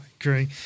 agree